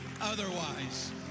otherwise